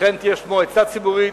לכן יש מועצה ציבורית.